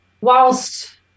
whilst